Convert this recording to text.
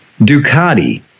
Ducati